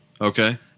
Okay